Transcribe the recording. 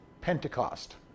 Pentecost